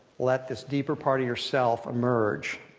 let this deeper part of yourself emerge,